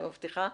אני מבטיחה,